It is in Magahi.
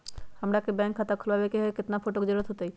हमरा के बैंक में खाता खोलबाबे ला केतना फोटो के जरूरत होतई?